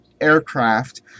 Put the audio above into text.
aircraft